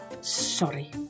sorry